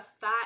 fat